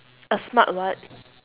a smart what